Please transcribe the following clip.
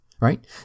right